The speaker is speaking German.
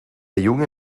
junge